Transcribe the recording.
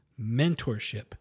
mentorship